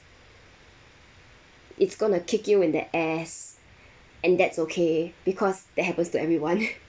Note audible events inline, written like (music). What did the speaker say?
it's gonna kick you in the ass and that's okay because that happens to everyone (laughs)